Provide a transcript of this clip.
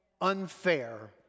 unfair